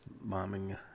bombing